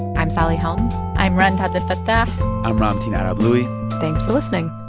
i'm sally helm i'm rund abdelfatah i'm ramtin ah arablouei thanks for listening